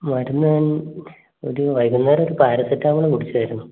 മരുന്ന് ഒരു വൈകുന്നേരം ഒരു പാരസെറ്റാമോൾ കുടിച്ചായിരുന്നു